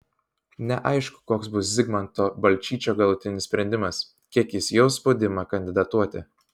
neaišku koks bus zigmanto balčyčio galutinis sprendimas kiek jis jaus spaudimą kandidatuoti